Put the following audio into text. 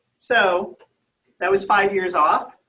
so that was five years off.